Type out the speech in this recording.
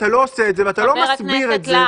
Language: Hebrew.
אתה לא עושה את זה ואתה לא מסביר את זה.